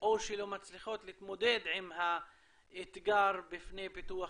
או שלא מצליחות להתמודד עם האתגר של פיתוח